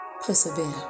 Persevere